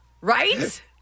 Right